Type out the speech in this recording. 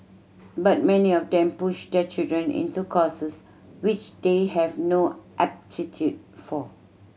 but many of them push their children into courses which they have no aptitude for